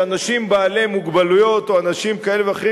שאנשים בעלי מוגבלות או אנשים כאלה ואחרים